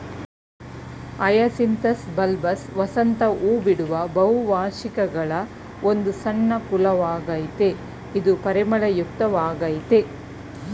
hyacinthus bulbous ವಸಂತ ಹೂಬಿಡುವ ಬಹುವಾರ್ಷಿಕಗಳ ಒಂದು ಸಣ್ಣ ಕುಲವಾಗಯ್ತೆ ಇದು ಪರಿಮಳಯುಕ್ತ ವಾಗಯ್ತೆ